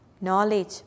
Knowledge